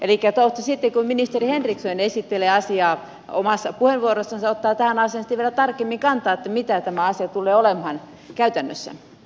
elikkä toivottavasti sitten kun ministeri henriksson esittelee asiaa omassa puheenvuorossansa hän ottaa tähän asiaan sitten vielä tarkemmin kantaa mitä tämä asia tulee olemaan käytännössä